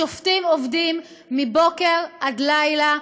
השופטים עובדים מבוקר עד לילה.